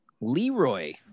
Leroy